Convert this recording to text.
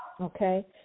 Okay